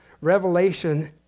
Revelation